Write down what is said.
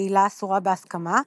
בעילה אסורה בהסכמה,